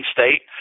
State